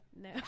No